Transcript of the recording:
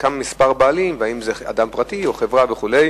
אלא את מספר הבעלים והאם זה אדם פרטי, חברה וכו'.